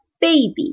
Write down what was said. baby